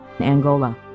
Angola